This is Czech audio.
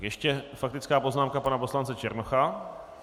Ještě faktická poznámka pana poslance Černocha.